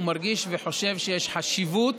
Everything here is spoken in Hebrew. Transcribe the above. הוא מרגיש וחושב שיש חשיבות